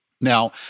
Now